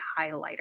highlighter